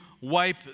wipe